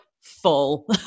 full